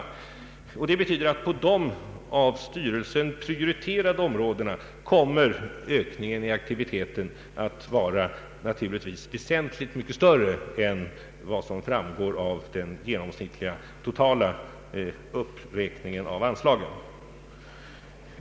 Det betyder att på de av styrelsen prioriterade områdena kommer ökningen i aktiviteten att vara väsentligt mycket större än vad som framgår av den genomsnittliga totala uppräkningen av anslaget.